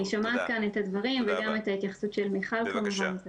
אני שומעת כאן את הדברים וגם את ההתייחסות של מיכל כמובן.